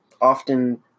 often